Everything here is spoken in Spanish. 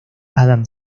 adam